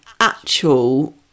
actual